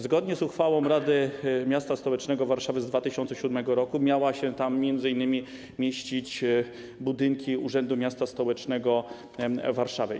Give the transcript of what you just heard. Zgodnie z uchwałą Rady Miasta Stołecznego Warszawy z 2007 r. miały się tam mieścić m.in. budynki Urzędu Miasta Stołecznego Warszawy.